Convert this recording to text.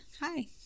Hi